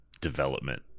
development